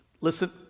Listen